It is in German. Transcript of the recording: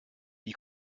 wie